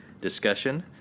discussion